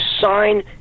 sign